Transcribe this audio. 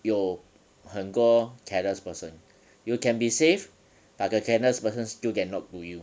有很多 careless person you can be safe but the careless person still can knock to you